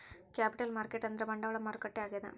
capital market ಅಂದ್ರ ಬಂಡವಾಳ ಮಾರುಕಟ್ಟೆ ಆಗ್ಯಾದ